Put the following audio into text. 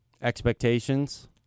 Expectations